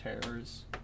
Terrors